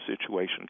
situation